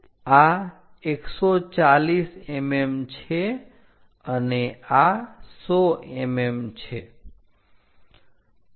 તો આ 140 mm છે અને આ 100 mm છે